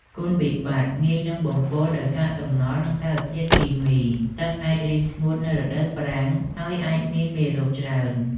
គុណវិបត្តិ ងាយនឹងបំពុលដោយកាកសំណល់ និងសារធាតុគីមី។ ទឹកអាចរីងស្ងួតនៅរដូវប្រាំង ហើយអាចមានមេរោគច្រើន។